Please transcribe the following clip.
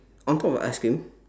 on top of the ice cream